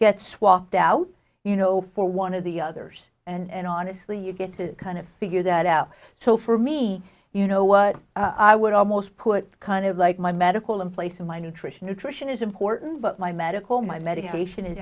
gets walked out you know for one of the others and honestly you get to kind of figure that out so for me you know what i would almost put kind of like my medical in place and my nutrition nutrition is important but my medical my medication